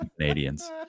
Canadians